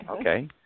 Okay